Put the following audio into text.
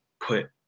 put